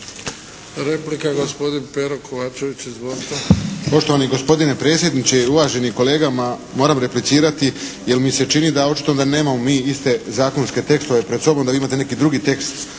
Izvolite. **Kovačević, Pero (HSP)** Poštovani gospodine predsjedniče. Uvaženi kolega moram replicirati, jer mi se čini da očito da nemamo mi iste zakonske tekstove pred sobom, da vi imate neki drugi tekst